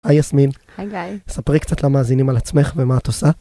היי יסמין, ספרי קצת למאזינים על עצמך ומה את עושה?